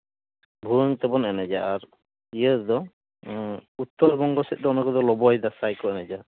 ᱵᱷᱩᱣᱟᱹᱝ ᱛᱮᱵᱚᱱ ᱮᱱᱮᱡᱟ ᱟᱨ ᱤᱭᱟᱹ ᱨᱮᱫᱚ ᱩᱛᱛᱚᱨ ᱵᱚᱝᱜᱚ ᱥᱮᱫ ᱨᱮᱫᱚ ᱚᱱᱟ ᱠᱚᱫᱚ ᱞᱚᱵᱚᱭ ᱫᱟᱸᱥᱟᱭ ᱠᱚ ᱮᱱᱮᱡᱟ